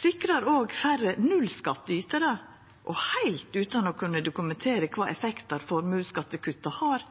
sikrar òg færre nullskattytarar, og heilt utan å kunna dokumentera kva effektar formuesskattekutta har